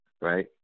right